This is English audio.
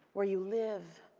where you live,